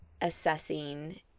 assessing